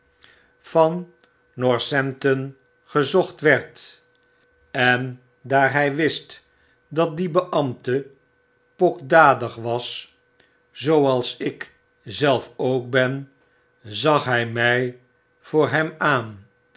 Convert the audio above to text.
van was hampton gezocht werd en daar hy wist dat die beambte pokdalig was zooals ik zelf ook ben zag hfl my voor hem aan